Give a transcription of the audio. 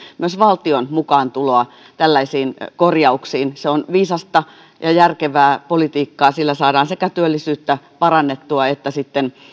myös valtion mukaantuloa tällaisiin korjauksiin se on viisasta ja ja järkevää politiikkaa sillä saadaan sekä työllisyyttä parannettua että sitten